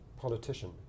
politician